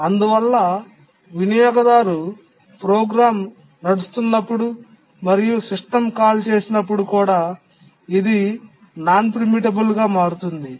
అందువల్ల వినియోగదారు ప్రోగ్రామ్ నడుస్తున్నప్పుడు మరియు సిస్టమ్ కాల్ చేసినప్పుడు కూడా ఇది ప్రీమిటబుల్ కానిదిగా మారుతుంది